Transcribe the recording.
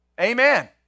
Amen